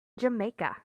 jamaica